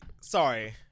sorry